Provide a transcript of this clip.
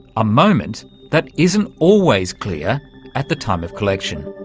a moment that isn't always clear at the time of collection.